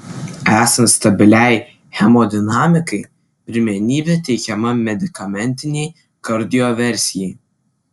esant stabiliai hemodinamikai pirmenybė teikiama medikamentinei kardioversijai